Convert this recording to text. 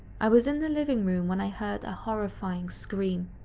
i was in the living room when i heard a horrifying scream.